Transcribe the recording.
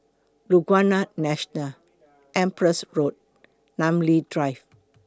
Laguna National Empress Road Namly Drive